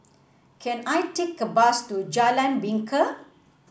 can I take a bus to Jalan Bingka